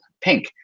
Pink